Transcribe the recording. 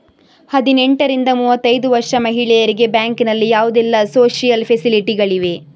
ಹದಿನೆಂಟರಿಂದ ಮೂವತ್ತೈದು ವರ್ಷ ಮಹಿಳೆಯರಿಗೆ ಬ್ಯಾಂಕಿನಲ್ಲಿ ಯಾವುದೆಲ್ಲ ಸೋಶಿಯಲ್ ಫೆಸಿಲಿಟಿ ಗಳಿವೆ?